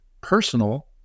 personal